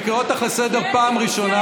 אני קורא אותך לסדר פעם ראשונה,